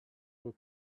will